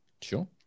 Sure